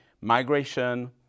migration